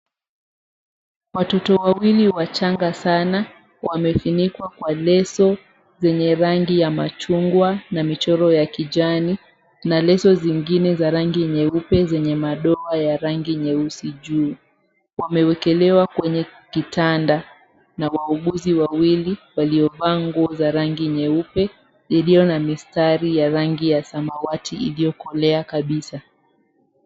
Watoto wawili wachanga sana wamefinikwa kwa leso zenye rangi ya machungwa na michoro ya kijani na leso zingine za rangi nyeupe zenye madoa ya rangi nyeusi juu. Wamewekelewa kwenye kitanda na wauguzi wawili waliovaa nguo za rangi ya nyeupe iliyo na mistari ya rangi ya samawati iliyokolea kabisa.